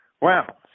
Wow